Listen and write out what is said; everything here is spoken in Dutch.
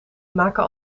maken